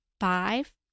Five